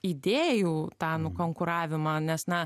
idėjų ta nukonkuravimą nes na